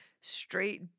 straight